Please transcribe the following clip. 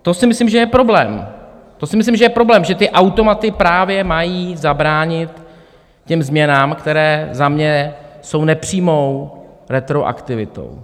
To si myslím, že je problém, že ty automaty právě mají zabránit těm změnám, které za mě jsou nepřímou retroaktivitou.